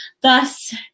thus